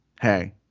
hey